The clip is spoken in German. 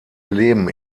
leben